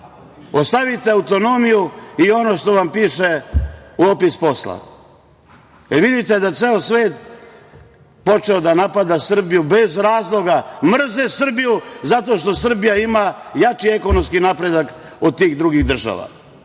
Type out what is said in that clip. Ostavite autonomiju i ono što vam piše u opisu posla. Vidite da je ceo svet počeo da napada Srbiju, bez razloga. Mrze Srbiju zato što Srbija ima jači ekonomski napredak od tih drugih država.